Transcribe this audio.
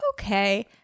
okay